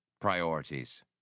priorities